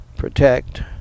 Protect